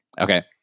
okay